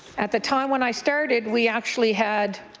at the time when i started, we actually had